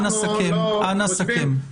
סכם בבקשה.